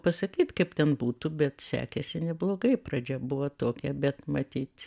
pasakyt kaip ten būtų bet sekėsi neblogai pradžia buvo tokia bet matyt